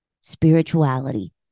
Spirituality